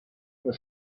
was